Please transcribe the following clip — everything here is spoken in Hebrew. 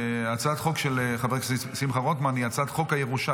הצעת החוק של חבר הכנסת שמחה רוטמן היא הצעת חוק ירושה